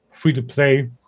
free-to-play